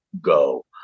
go